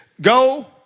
go